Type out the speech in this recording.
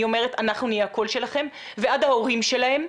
אומרת 'אנחנו נהיה הקול שלכם' ועד ההורים שלהם,